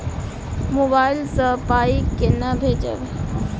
Mobile सँ पाई केना भेजब?